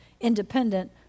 independent